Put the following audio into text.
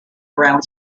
around